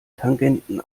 tangenten